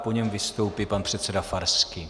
Po něm vystoupí pan předseda Farský.